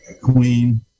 queen